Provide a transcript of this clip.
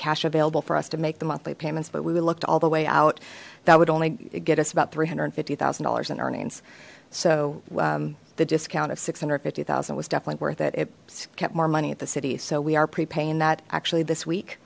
cash available for us to make the monthly payments but we would look to all the way out that would only get us about three hundred fifty thousand dollars in earnings so the discount of six hundred fifty thousand was definitely worth it it kept more money at the city so we are pre paying that actually this week